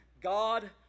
God